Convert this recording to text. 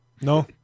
No